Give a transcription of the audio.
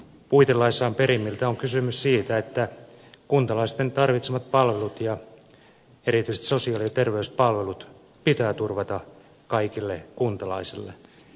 puitelaissahan perimmiltään on kysymys siitä että kuntalaisten tarvitsemat palvelut ja erityisesti sosiaali ja terveyspalvelut pitää turvata kaikille kuntalaisille